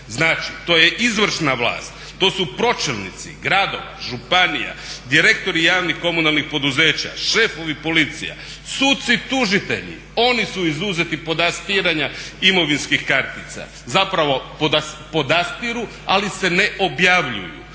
znači to je izvršna vlast, to su pročelnici gradova, županija, direktori javnih komunalnih poduzeća, šefovi policija, suci, tužitelji oni su izuzeti podastiranja imovinskih kartica, zapravo podastiru ali se ne objavljuju.